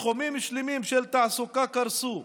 תחומים שלמים של תעסוקה קרסו,